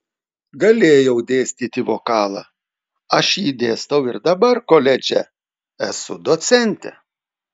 galėjau dėstyti vokalą aš jį dėstau ir dabar koledže esu docentė